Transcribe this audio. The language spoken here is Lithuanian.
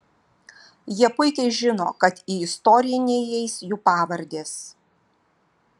jie puikiai žino kad į istoriją neįeis jų pavardės